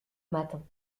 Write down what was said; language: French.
matin